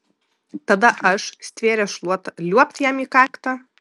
tada aš stvėręs šluotą liuobt jam į kaktą